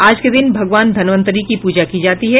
आज के दिन भगवान धन्वंतरी की पूजा की जाती है